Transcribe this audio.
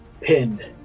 Pinned